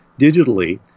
digitally